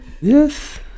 Yes